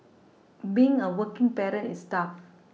being a working parent is tough